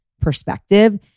perspective